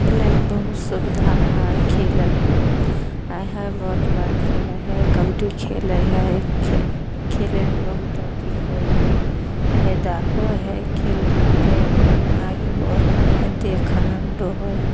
खेलयमे बहुत सुबिधा हइ खेल आइ हइ बौट बॉल खेलै हइ कबडी खेलै हइ खेलैमे बहुत अथी होइ हइ फायदा होइ हइ खेल धूपके अपन आगे बढ़ै हइ देखन आनन्दो होइ हइ